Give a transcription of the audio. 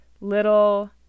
little